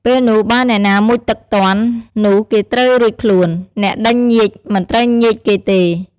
ពេលនោះ បើអ្នកណាមុជទឹកទាន់ នោះគេត្រូវរួចខ្លួន អ្នកដេញញៀចមិនត្រូវញៀចគេទេ។